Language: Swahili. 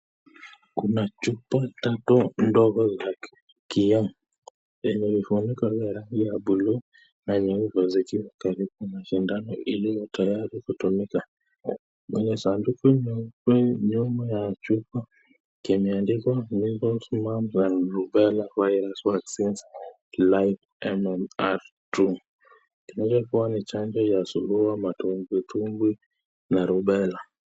Kuna chupa tatu ndogo za kioo yenye vifuniko vya rangi ya blue na nyeusi vikiwa karibu na sindano iliyo tayari kutumika. Kuna sanduku nyeupe nyuma ya chupa kime andikwa Measles, Mumps, and Rubella Virus Vaccine Live MMR 2 . Inaweza kuwa ni chanjo ya surua, matumbwitumbwi na rubella.